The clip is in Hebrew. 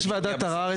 יש ועדת ערער,